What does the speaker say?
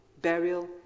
burial